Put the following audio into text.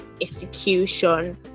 execution